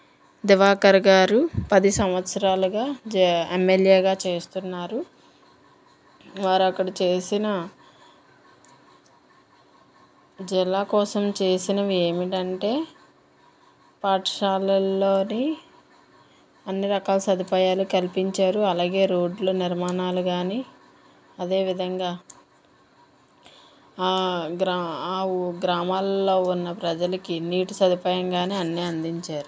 దివాకర్ గారు పది సంవత్సరాలుగా ఎంఎల్ఏగా చేస్తున్నారు వారు అక్కడ చేసిన జిల్లా కోసం చేసినవి ఏమిటంటే పాఠశాలల్లోని అన్ని రకాల సదుపాయాలు కల్పించారు అలాగే రోడ్లు నిర్మాణాలు కానీ అదేవిధంగా ఆ గ్రా ఆ గ్రామాల్లో ఉన్న ప్రజలకి నీటి సదుపాయం కానీ అన్ని అందించారు